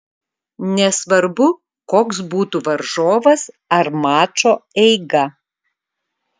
nesvarbu koks būtų varžovas ar mačo eiga